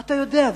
אתה יודע,